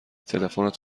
تلفنت